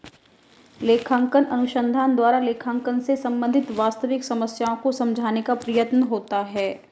लेखांकन अनुसंधान द्वारा लेखांकन से संबंधित वास्तविक समस्याओं को समझाने का प्रयत्न होता है